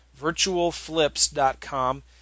Virtualflips.com